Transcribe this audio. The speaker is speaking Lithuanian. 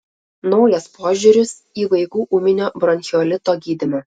naujas požiūris į vaikų ūminio bronchiolito gydymą